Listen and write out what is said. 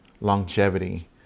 longevity